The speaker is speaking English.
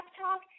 talk